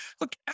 Look